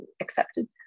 accepted